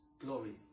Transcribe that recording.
glory